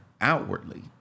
outwardly